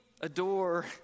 adore